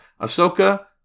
Ahsoka